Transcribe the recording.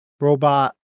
robot